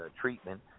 treatment